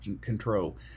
control